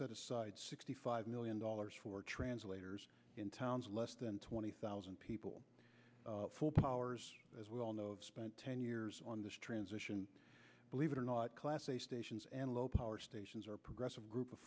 the sixty five million dollars for translators in towns less than twenty thousand people full powers as we all know spent ten years on this transition believe it or not class a stations and low power stations are progressive group of